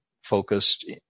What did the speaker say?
focused